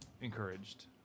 encouraged